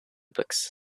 books